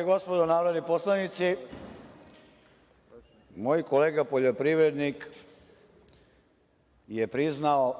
i gospodo narodni poslanici, moj kolega poljoprivrednik je priznao